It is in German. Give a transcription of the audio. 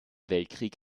weltkrieg